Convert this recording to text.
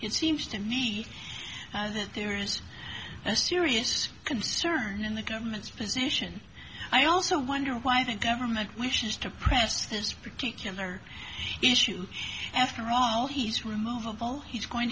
it seems to me that there is a serious concern in the government's position i also wonder why the government wishes to press this particular issue after all he's removable he's going